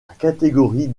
catégorie